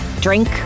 drink